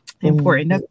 important